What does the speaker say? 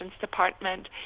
department